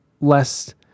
less